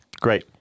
Great